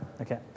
Okay